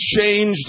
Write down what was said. changed